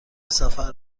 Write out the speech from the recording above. سفر